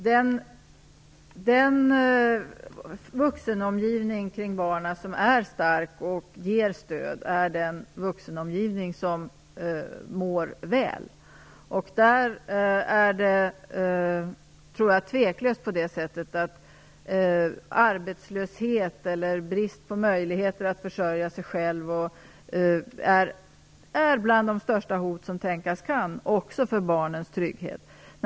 Herr talman! Den vuxenomgivning kring barnen som är stark och ger stöd är den vuxenomgivning där man mår väl. Det är tveklöst så att arbetslöshet och brist på möjligheter att försörja sig själv är bland de största hot som tänkas kan också för barnens trygghet.